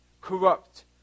corrupt